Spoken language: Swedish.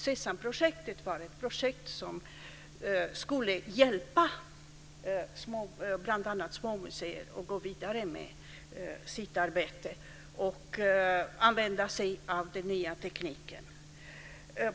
Sesamprojektet var ett projekt som skulle hjälpa bl.a. små museer att gå vidare med sitt arbete och använda sig av den nya tekniken.